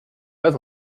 pas